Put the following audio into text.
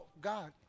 God